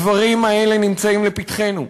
הדברים האלה נמצאים לפתחנו.